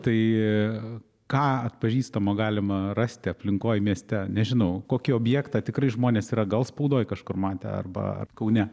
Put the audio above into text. tai ką atpažįstamo galima rasti aplinkoj mieste nežinau kokį objektą tikrai žmonės yra gal spaudoj kažkur matę arba ar kaune